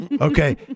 Okay